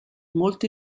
molte